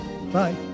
Bye